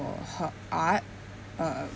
her art uh